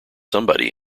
somebody